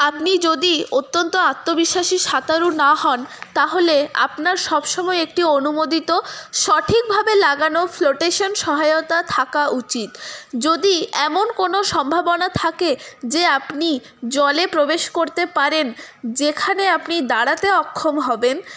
আপনি যদি অত্যন্ত আত্মবিশ্বাসী সাঁতারু না হন তাহলে আপনার সব সময় একটি অনুমোদিত সঠিকভাবে লাগানো ফ্লোটেশন সহায়তা থাকা উচিত যদি এমন কোন সম্ভাবনা থাকে যে আপনি জলে প্রবেশ করতে পারেন যেখানে আপনি দাঁড়াতে অক্ষম হবেন